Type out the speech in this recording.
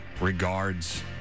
regards